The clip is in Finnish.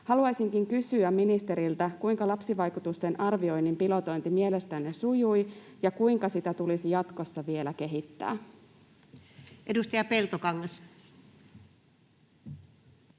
Haluaisinkin kysyä ministeriltä: kuinka lapsivaikutusten arvioinnin pilotointi mielestänne sujui, ja kuinka sitä tulisi jatkossa vielä kehittää? [Speech 51]